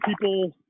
people